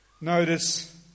Notice